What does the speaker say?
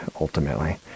ultimately